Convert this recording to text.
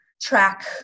track